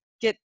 get